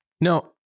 Now